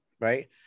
right